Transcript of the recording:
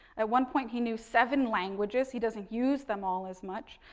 at one point, he knew seven languages. he doesn't use them all as much.